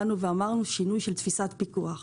אמרנו שצריך להיות שינוי בתפיסת הפיקוח.